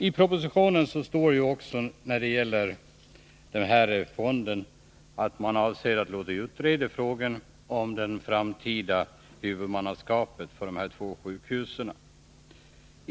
I propositionen sägs det också när det gäller folkpensioneringsfonden att man avser att låta utreda frågan om det framtida huvudmannaskapet för de här två sjukhusen.